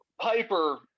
Piper